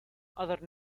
another